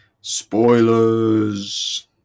spoilers